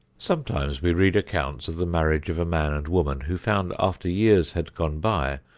sometimes we read accounts of the marriage of a man and woman who found, after years had gone by,